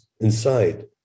inside